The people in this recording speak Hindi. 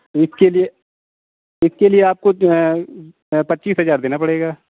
इसके लिए इसके लिए आपको पच्चीस हजार देना पड़ेगा